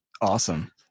Awesome